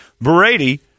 Brady